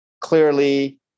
clearly